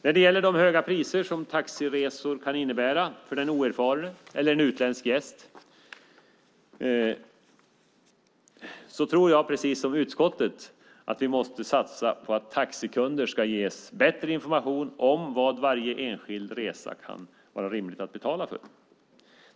När det gäller de höga priser som taxiresor kan innebära för den oerfarne eller en utländsk gäst tror jag, precis som utskottet, att vi måste satsa på att taxikunder ges bättre information om vad det är rimligt att betala för varje enskild resa.